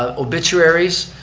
ah obituaries,